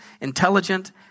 intelligent